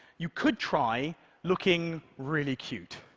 you could try looking really cute.